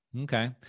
okay